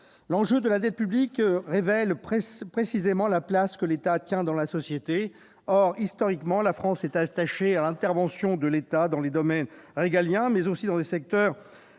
privé. La dette publique reflète précisément la place que l'État tient dans la société. Historiquement, la France est attachée à l'intervention de l'État dans les domaines régaliens, mais aussi dans les secteurs